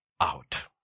out